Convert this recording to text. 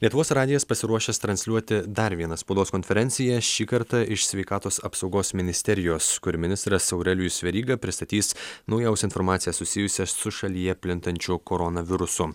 lietuvos radijas pasiruošęs transliuoti dar vieną spaudos konferenciją šį kartą iš sveikatos apsaugos ministerijos kur ministras aurelijus veryga pristatys naujausią informaciją susijusią su šalyje plintančiu koronavirusu